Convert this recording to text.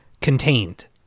contained